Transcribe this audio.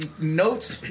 notes